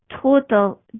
total